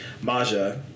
Maja